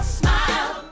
smile